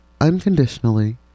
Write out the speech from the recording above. unconditionally